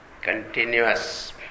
continuous